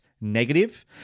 negative